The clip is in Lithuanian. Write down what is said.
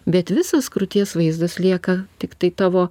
bet visas krūties vaizdas lieka tiktai tavo